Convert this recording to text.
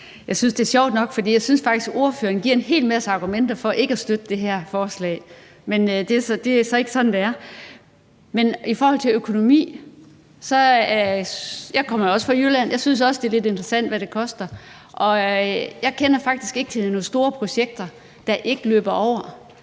jeg synes faktisk, ordføreren giver en hel masse argumenter for ikke at støtte det her forslag, men det er så ikke sådan, det er. I forhold til økonomi: Jeg kommer også fra Jylland, og jeg synes også, det er lidt interessant, hvad det koster. Jeg kender faktisk ikke til nogen store projekter, der ikke løber over.